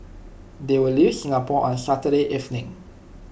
they will leave Singapore on Saturday evening